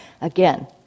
Again